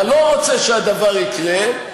אתה לא רוצה שהדבר יקרה,